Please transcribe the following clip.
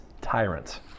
tyrant